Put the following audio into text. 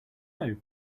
where